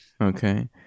okay